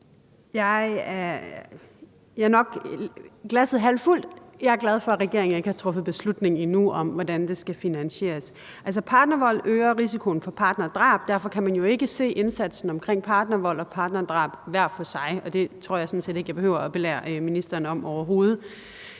sådan, at glasset er halvt fuldt – jeg er glad for, at regeringen ikke endnu har truffet beslutning om, hvordan det skal finansieres. Altså, partnervold øger risikoen for partnerdrab, og derfor kan man jo ikke se indsatsen omkring partnervold og partnerdrab hver for sig, og det tror jeg sådan set ikke at jeg behøver at belære ministeren om overhovedet.